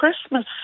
Christmas